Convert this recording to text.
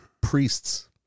priests